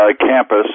campus